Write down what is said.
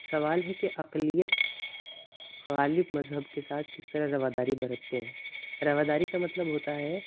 سوال ہے کہ اقلیت غالب مذہب کے ساتھ کس طرح رواداری برتتے ہیں رواداری کا مطلب ہوتا ہے